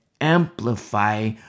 amplify